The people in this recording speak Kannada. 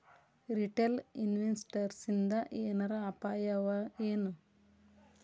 ರಿಟೇಲ್ ಇನ್ವೆಸ್ಟರ್ಸಿಂದಾ ಏನರ ಅಪಾಯವಎನು?